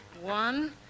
One